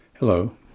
Hello